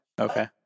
Okay